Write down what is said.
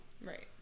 Right